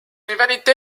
rivalité